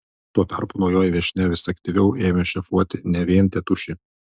tuo tarpu naujoji viešnia vis aktyviau ėmė šefuoti ne vien tėtušį